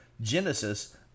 Genesis